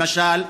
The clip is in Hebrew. למשל,